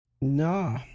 No